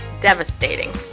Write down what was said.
devastating